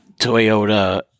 Toyota